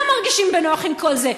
לא מרגישים בנוח עם כל זה.